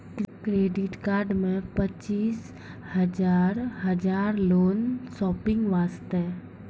Credit card मे पचीस हजार हजार लोन शॉपिंग वस्ते?